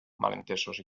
malentesos